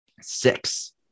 Six